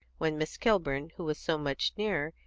when miss kilburn, who was so much nearer,